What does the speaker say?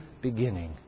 beginning